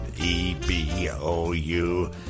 E-B-O-U